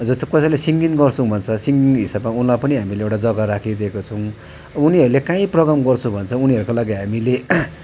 जस्तो कसैले सिङ्गिङ गर्छौँ भन्छ सिङ्गिङको हिसाबमा उनलाई हामीले एउटा जग्गा राखिदिएका छौँ उनीहरूले काहीँ प्रोग्राम गर्छु भन्छ उनीहरूको लागि हामीले